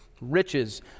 riches